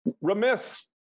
remiss